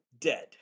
dead